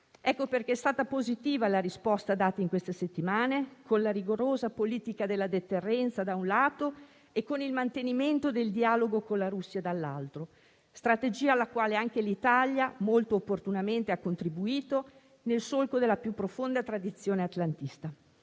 Ecco perché è stata positiva la risposta data nelle ultime settimane con la rigorosa politica della deterrenza - da un lato - e con il mantenimento del dialogo con la Russia, dall'altro; strategia alla quale anche l'Italia molto opportunamente ha contribuito, nel solco della più profonda tradizione atlantista,